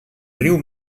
riu